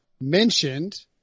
mentioned –